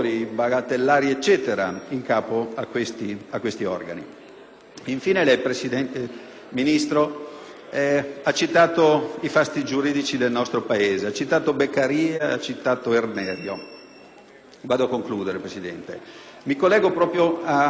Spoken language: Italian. Infine, lei, signor Ministro, ha citato i fasti giuridici del nostro Paese. Ha citato Beccaria e ha citato Irnerio. Mi collego proprio a Beccaria e agli studi da lui condotti sulla funzione della pena.